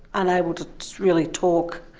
unable to really talk,